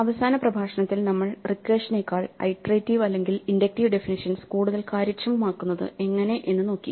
അവസാന പ്രഭാഷണത്തിൽ നമ്മൾ റിക്കർഷനെക്കാൾ ഐട്രേറ്റിവ് അല്ലെങ്കിൽ ഇൻഡക്റ്റീവ് ഡെഫിനിഷ്യൻസ് കൂടുതൽ കാര്യക്ഷമമാക്കുന്നത് എങ്ങനെ എന്ന് നോക്കി